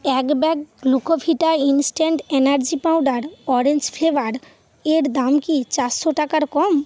এক bag Glucovita instant energy powder orange flavour এর দাম কি চারশো টাকার কম